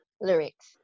lyrics